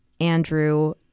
Andrew